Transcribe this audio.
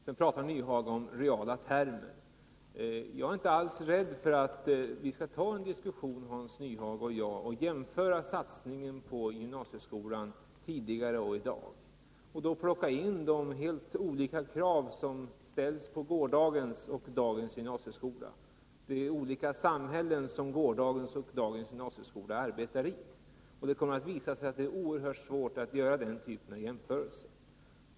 Hans Nyhage pratar om reala termer. Men jag är inte alls rädd för att ta en diskussion med honom och jämföra satsningen på gymnasieskolan med satsningen i dag, och då plocka in de helt olika krav som ställs på dagens gymnasieskola jämfört med gårdagens. Det är ett annat samhälle som dagens gymnasieskola arbetar i. Det kommer då att visa sig att det är oerhört svårt att göra den här typen av jämförelse.